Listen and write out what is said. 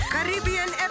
Caribbean